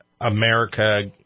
America